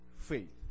faith